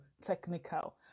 technical